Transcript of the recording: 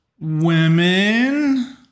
women